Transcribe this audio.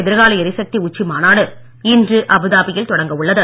எதிர்கால எரிசக்தி உச்சிமாநாடு இன்று உலக அபுதாபியில் தொடங்க உள்ளது